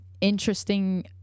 interesting